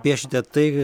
piešiate tai